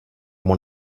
one